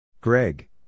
Greg